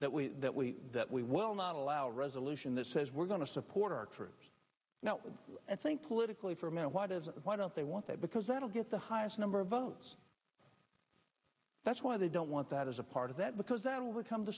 that we that we that we will not allow resolution that says we're going to support our troops now i think politically for me why doesn't why don't they want that because that'll get the highest number of votes that's why they don't want that as a part of that because that will become